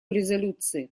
резолюции